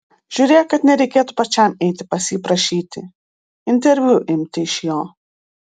žiūrėk kad nereikėtų pačiam eiti pas jį prašyti interviu imti iš jo